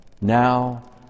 now